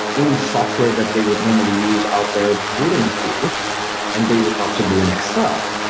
any software that they would normally use out there wouldn't do and they would have to do in excel.